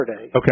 Okay